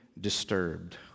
disturbed